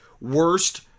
worst